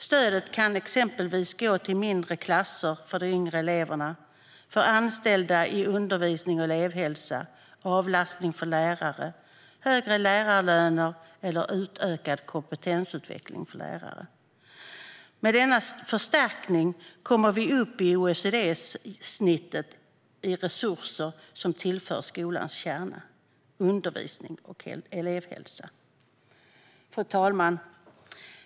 Stödet kan exempelvis gå till mindre klasser för de yngre eleverna, fler anställda inom undervisning och elevhälsa, avlastning för lärare, högre lärarlöner eller utökad kompetensutveckling för lärare. Med denna förstärkning kommer vi upp i OECD-snittet vad gäller de resurser som tillförs skolans kärna: undervisning och elevhälsa. Fru talman!